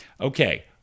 Okay